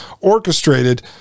orchestrated